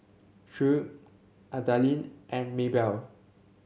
Shirl Adalynn and Maybelle